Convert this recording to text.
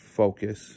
focus